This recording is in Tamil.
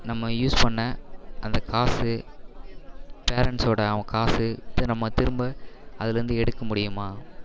நம்ம யூஸ் பண்ண அந்த காசு பேரண்ட்ஸோட அவங்க காசு அதை நம்ம திரும்ப அதுலேருந்து எடுக்க முடியுமா